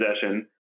possession